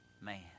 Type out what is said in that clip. man